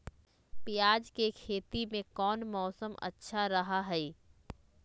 प्याज के खेती में कौन मौसम अच्छा रहा हय?